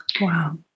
Wow